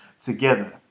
together